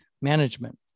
management